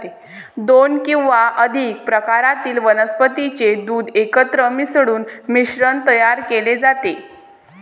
दोन किंवा अधिक प्रकारातील वनस्पतीचे दूध एकत्र मिसळून मिश्रण तयार केले जाते